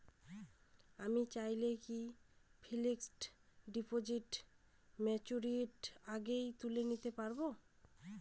আমি চাইলে কি ফিক্সড ডিপোজিট ম্যাচুরিটির আগেই তুলে নিতে পারি?